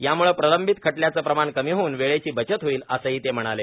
याम्ळे प्रलंबित खटल्याचं प्रमाण कमी होऊन वेळेची बचत होईल असंही ते म्हणाले